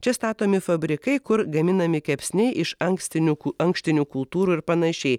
čia statomi fabrikai kur gaminami kepsniai iš ankstinių ku ankštinių kultūrų ir panašiai